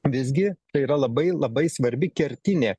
visgi tai yra labai labai svarbi kertinė